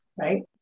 right